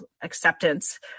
acceptance